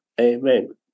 Amen